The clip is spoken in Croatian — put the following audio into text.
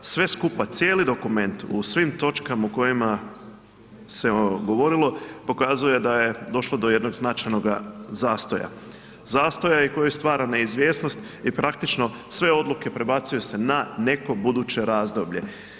Sve skupa, cijeli dokument u svim točkama u kojima se govorilo pokazuje da je došlo do jednog značajnog zastoja, zastoja i koji stvara neizvjesnost i praktično sve odluke prebacuju se na neki buduće razdoblje.